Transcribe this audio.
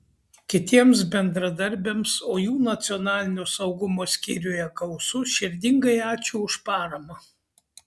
kitiems bendradarbiams o jų nacionalinio saugumo skyriuje gausu širdingai ačiū už paramą